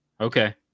Okay